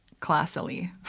Classily